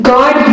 God